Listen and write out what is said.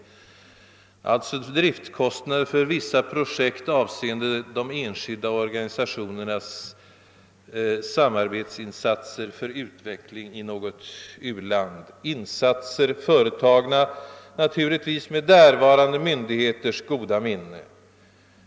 Det är alltså fråga om driftkost nader för vissa projekt avseende de enskilda organisationernas samarbetsinsatser för utveckling i något u-land, naturligtvis företagna med därvarande myndigheters goda minne.